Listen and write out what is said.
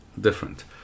different